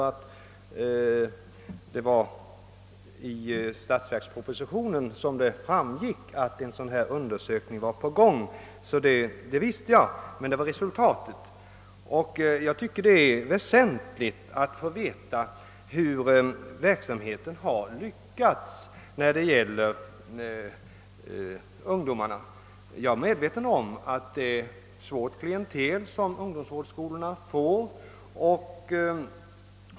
Av statsverkspropositionen framgick det nämligen att en sådan här undersökning pågick, så det visste jag, men det var som sagt resultatet jag var intresserad av. Jag tycker det är väsentligt att få veta hur verksamheten med dessa ungdomar har lyckats. Jag är medveten om att det är ett svårt klientel som ungdomsvårdsskolorna får.